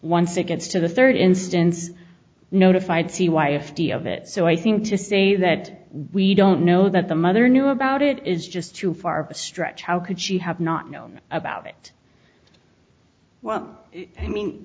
once it gets to the third instance notified c y f the of it so i think to say that we don't know that the mother knew about it is just too far stretch how could she have not known about it well i mean